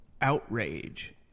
outrage